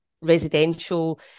Residential